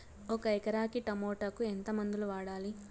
ఒక ఎకరాకి టమోటా కు ఎంత మందులు వాడాలి?